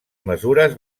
mesures